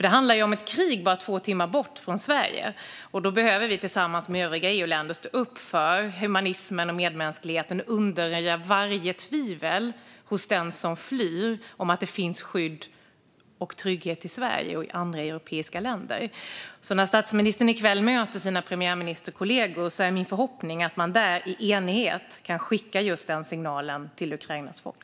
Det handlar om ett krig bara två timmar bort från Sverige. Då behöver vi tillsammans med övriga EU-länder stå upp för humanismen och medmänskligheten och undanröja varje tvivel hos den som flyr att det finns skydd och trygghet i Sverige och i andra europeiska länder. När statsministern i kväll möter sina premiärministerkollegor är det min förhoppning att man där i enighet kan skicka just den signalen till Ukrainas folk.